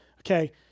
okay